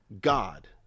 God